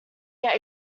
get